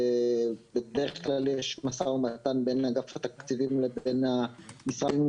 בדרך כלל יש משא ומתן בין אגף התקציבים לבין המשרדים,